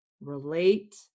relate